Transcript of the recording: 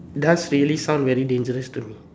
does really sound very dangerous to me